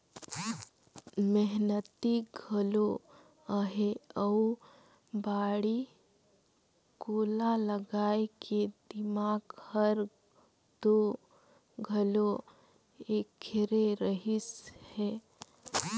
मेहनती घलो अहे अउ बाड़ी कोला लगाए के दिमाक हर तो घलो ऐखरे रहिस हे